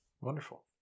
Wonderful